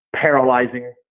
paralyzing